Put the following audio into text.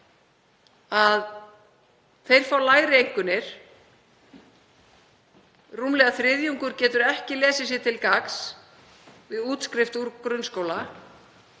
að þeir fá lægri einkunnir. Rúmlega þriðjungur getur ekki lesið sér til gagns við útskrift úr grunnskóla,